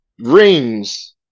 rings